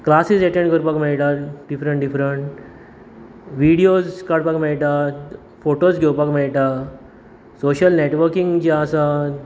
classes attend करपाक मेळटात different different videos काडपाक मेळटात फोटोस घेवपाक मेळटा सोशल नेटवर्कींग जें आसा